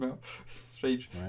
Strange